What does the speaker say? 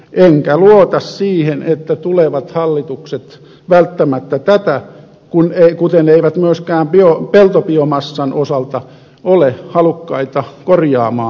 enkä luota siihen että tulevat hallitukset välttämättä tätä kuten myöskään peltobiomassan osalta olisivat halukkaita korjaamaan